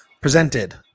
presented